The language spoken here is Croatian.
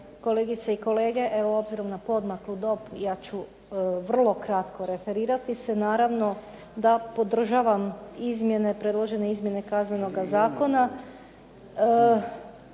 kolegice i kolege. Evo obzirom na poodmaklu dob ja ću vrlo kratko referirati se, naravno da podržavam izmjene, predložene izmjene Kaznenoga zakona.